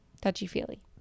touchy-feely